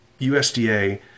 USDA